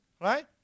Right